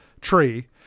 tree